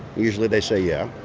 usually, they say, yeah.